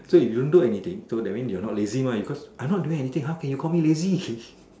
so if you don't do anything so that means you are not lazy mah because I am not doing anything how can you call me lazy